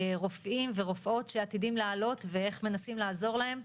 רופאים ורופאות שעתידים לעלות ואיך מנסים לעזור להם.